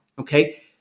okay